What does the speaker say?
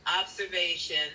observation